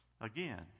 Again